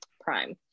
prime